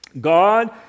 God